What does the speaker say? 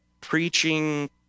preaching